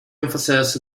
emphasized